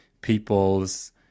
people's